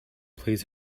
plays